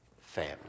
family